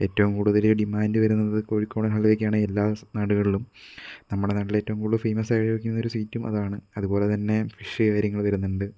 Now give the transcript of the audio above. ഏറ്റവും കൂടുതൽ ഡിമാൻഡ് വരുന്നത് കോഴിക്കോടൻ ഹലുവയ്ക്കാണ് എല്ലാ സ് നാടുകളിലും നമ്മുടെ നാട്ടിലെ ഏറ്റവും കൂടുതൽ ഫേമസ് ആയിരുന്നൊരു സ്വീറ്റും അതാണ് അതുപോലെത്തന്നെ ഫിഷ് കാര്യങ്ങൾ വരുന്നുണ്ട്